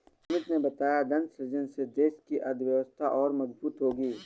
सुमित ने बताया धन सृजन से देश की अर्थव्यवस्था और मजबूत होगी